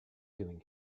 doing